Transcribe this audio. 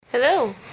Hello